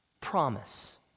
promise